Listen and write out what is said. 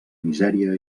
misèria